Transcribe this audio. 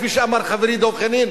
כפי שאמר חברי דב חנין,